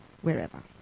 wherever